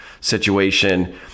situation